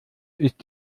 ist